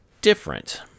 different